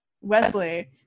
Wesley